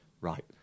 Right